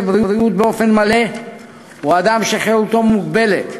בריאות באופן מלא הוא אדם שחירותו מוגבלת,